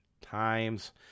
times